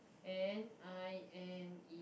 N I N E